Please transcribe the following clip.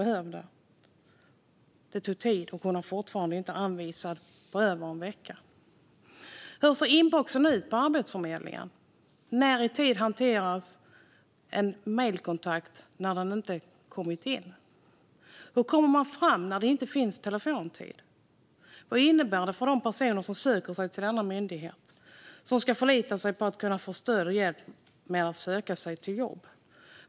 Efter över en vecka var hon fortfarande inte anvisad. Hur ser inboxen ut på Arbetsförmedlingen? När hanteras en mejlkontakt som kommit in? Hur kommer man fram när det inte finns telefontid? Vad innebär detta för de personer som söker sig till denna myndighet och som ska förlita sig på att kunna få stöd och hjälp med att söka sig till jobb?